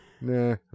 Nah